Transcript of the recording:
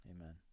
amen